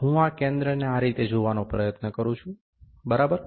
હું આ કેન્દ્રને આ રીતે જોવાનો પ્રયત્ન કરું છું બરાબર